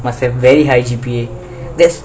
must have very high G_P_A that's